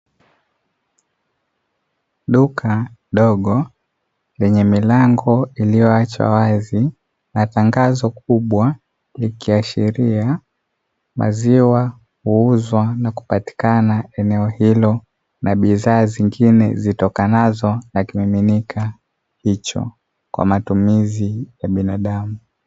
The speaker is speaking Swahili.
Duka dogo lenye milango iliyoachwa wazi na tangazo kubwa likiashiria maziwa kuuzwa na kupatikana eneo hilo, na bidhaa zingine zitokanazo na kimiminika hicho; kwa matumizi ya binadamu.